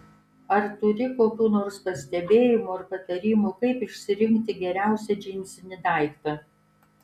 ar turi kokių nors pastebėjimų ar patarimų kaip išsirinkti geriausią džinsinį daiktą